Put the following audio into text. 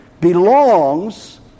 belongs